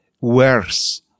worse